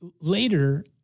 later